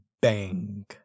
bang